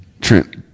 Trent